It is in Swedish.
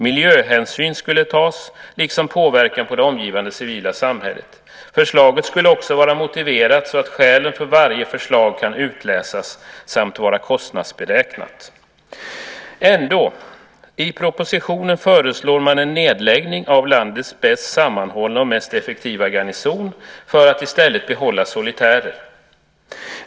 Hänsyn till miljön skulle tas, liksom till påverkan på det omgivande civila samhället. Förslaget skulle också vara motiverat så att skälen för varje förslag kan utläsas, och det ska vara kostnadsberäknat. I propositionen föreslår man ändå en nedläggning av landets bäst sammanhållna och mest effektiva garnison för att i stället behålla solitärer.